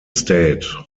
state